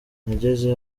nageze